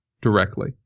directly